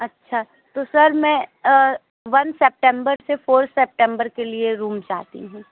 अच्छा तो सर मैं वन सप्टेम्बर से फोर सप्टेम्बर के लिए रूम चाहती हूँ